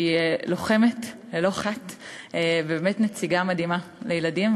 שהיא לוחמת ללא חת ובאמת נציגה מדהימה לילדים.